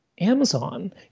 Amazon